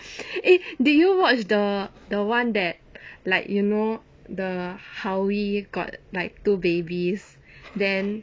eh did you watch the the [one] that like you know the hao yi got like two babies then